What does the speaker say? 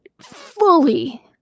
fully